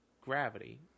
gravity